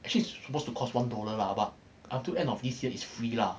actually it's supposed to cost one dollar lah but up to end of this year it's free lah